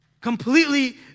completely